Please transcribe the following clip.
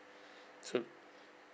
soon